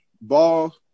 ball